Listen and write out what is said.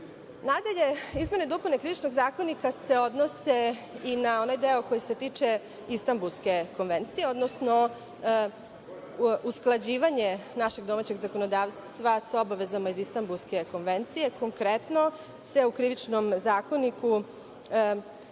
izmene i dopune Krivičnog zakonika se odnose i na onaj deo koji se tiče Istambulske konvencije, odnosno usklađivanje našeg domaćeg zakonodavstva sa obavezama iz Istambulske konvencije. Konkretno se o Krivičnom zakoniku